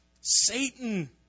Satan